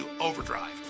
overdrive